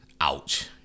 Ouch